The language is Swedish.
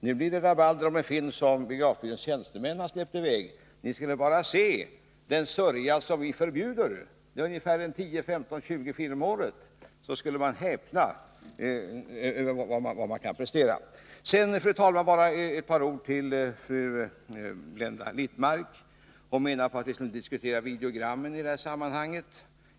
Nu blir det rabalder om en film som biografbyråns tjänstemän har släppt i väg. Ni skulle bara se den sörja som vi förbjuder — det är ungefär 10-20 filmer om året — så skulle ni häpna över vad man kan prestera! Fru talman! Bara några ord till fru Blenda Littmarck. Hon menar på att vi inte skall diskutera videogrammeni det här sammanhanget.